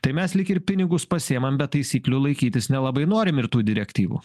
tai mes lyg ir pinigus pasiimam bet taisyklių laikytis nelabai norim ir tų direktyvų